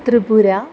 Tripura